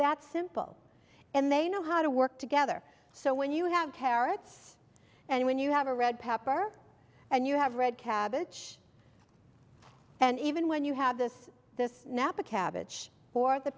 that simple and they know how to work together so when you have carrots and when you have a red pepper and you have red cabbage and even when you have this this napa cabbage or the